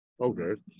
Okay